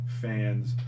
fans